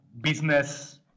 business